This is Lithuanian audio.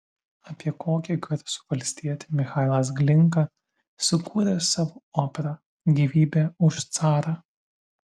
apie kokį garsų valstietį michailas glinka sukūrė savo operą gyvybė už carą